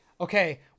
okay